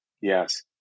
Yes